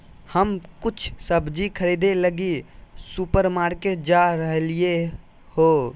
हम कुछ सब्जि खरीदे लगी सुपरमार्केट जा रहलियो हें